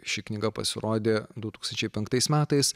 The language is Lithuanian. ši knyga pasirodė du tūkstančiai penktais metais